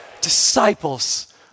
Disciples